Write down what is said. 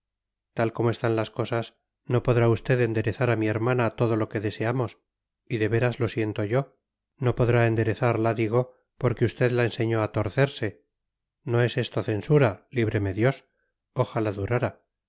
grillete tal como están las cosas no podrá usted enderezar a mi hermana todo lo que deseamos y de veras lo siento yo no podrá enderezarla digo porque usted la enseñó a torcerse no es esto censura líbreme dios ojalá durara